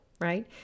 right